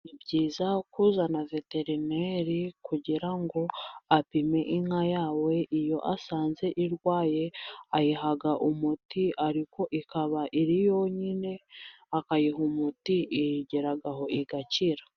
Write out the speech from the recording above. Ni byiza kuzana veterineri kugira ngo apime inka yawe, iyo asanze irwaye ayiha umuti ariko ikaba iri yonyine, akayiha umuti, igeraho igakira.